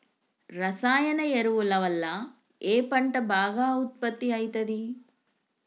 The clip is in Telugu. రసాయన ఎరువుల వల్ల ఏ పంట బాగా ఉత్పత్తి అయితది?